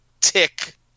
tick